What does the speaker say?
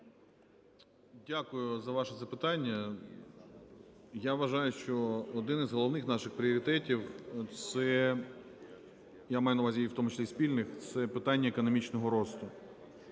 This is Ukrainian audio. Дякую за ваше запитання. Я вважаю, що один із головних наших пріоритетів – це я маю на увазі в тому числі і спільних, - це питання економічного росту.